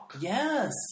Yes